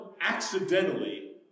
accidentally